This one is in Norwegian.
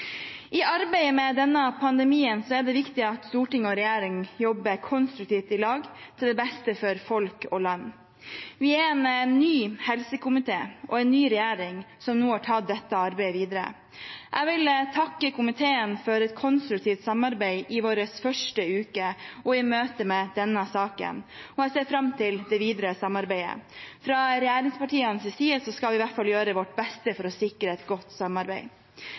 I arbeidet med denne pandemien er det viktig at storting og regjering jobber konstruktivt i lag til beste for folk og land. Vi er en ny helsekomité og en ny regjering som nå har tatt dette arbeidet videre. Jeg vil takke komiteen for konstruktivt samarbeid i vår første uke og i møte med denne saken, og jeg ser fram til det videre samarbeidet. Fra regjeringspartienes side skal vi i hvert fall gjøre vårt beste for å sikre et godt samarbeid.